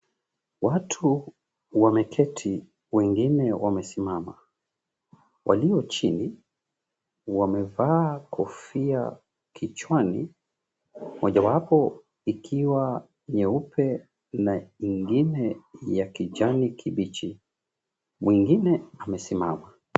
Watu wameketi wengine wamesimama. Walio chini wamevaa kofia kichwani mmojawapo ikiwa nyeupe na ingine ya kijani kibichi. Mwengine amesimama.